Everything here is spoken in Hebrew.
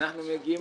אנחנו מגיעים